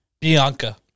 Bianca